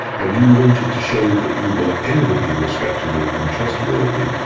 and you wanted to show that you were eminently respectable and trustworthy,